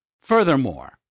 Furthermore